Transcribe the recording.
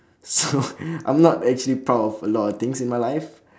so I'm not actually proud of a lot of things in my life